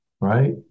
right